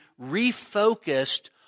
refocused